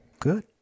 Good